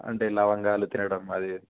అంటే లవంగాలు తినడం మాదిరి